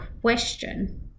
question